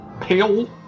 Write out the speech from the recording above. pale